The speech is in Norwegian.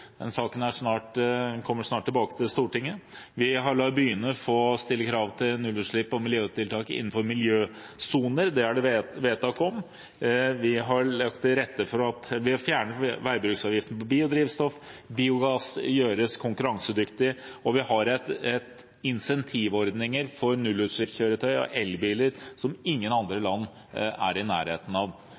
den saken kommer snart tilbake til Stortinget. Vi lar byene få stille krav til nullutslipp og miljøtiltak innenfor miljøsoner – det er det vedtak om. Vi har fjernet veibruksavgiften på biodrivstoff, biogass gjøres konkurransedyktig, og vi har incentivordninger for nullutslippskjøretøy, elbiler, som ingen andre land er i nærheten av.